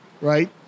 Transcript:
Right